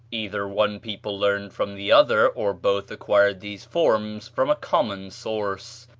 either one people learned from the other, or both acquired these forms from a common source.